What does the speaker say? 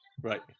Right